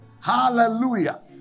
Hallelujah